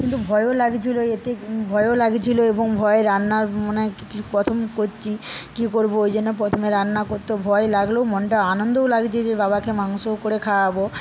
কিন্তু ভয়ও লাগছিল এতে ভয়ও লাগছিল এবং ভয় রান্না মনে হয় প্রথম করছি কি করব ওই জন্যে প্রথমে রান্না করতে ভয় লাগলেও মনটা আনন্দও লাগছে যে বাবাকে মাংস করে খাওয়াবো